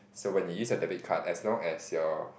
so when you use your debit card as long as your